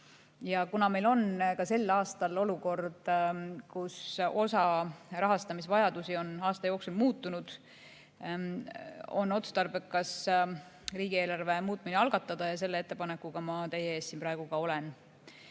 Ja kuna meil on ka sel aastal olukord, kus osa rahastamisvajadusi on aasta jooksul muutunud, on otstarbekas algatada riigieelarve muutmine ja selle ettepanekuga ma teie ees siin praegu olengi.